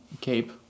cape